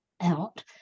out